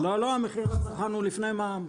לא, המחיר לצרכן הוא לפני מע"מ.